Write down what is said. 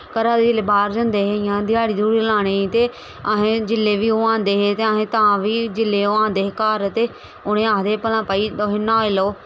घरे दे जिसलै बाह्र जंदे हे इ'यां ध्याड़ी ध्यूड़ी लाने ते असें जिसले बी ओह् आंदे हे ते तां बी जिसले ओह् आंदे हे घर ते उ'नें आखदे भला तुस न्हाई लैओ